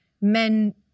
men